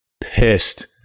pissed